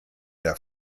der